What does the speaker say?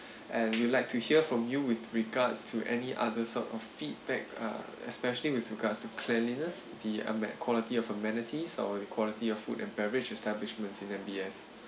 and we'd like to hear from you with regards to any other sort of feedback uh especially with regards to cleanliness the unmet quality of amenities or the quality of food and beverage establishments in M_B_S